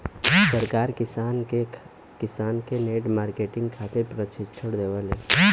सरकार किसान के नेट मार्केटिंग खातिर प्रक्षिक्षण देबेले?